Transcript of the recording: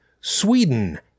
Sweden